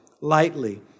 lightly